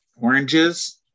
Oranges